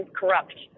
corrupt